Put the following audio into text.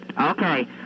Okay